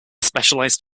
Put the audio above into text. specialized